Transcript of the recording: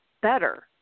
better